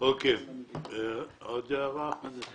הערות נוספות?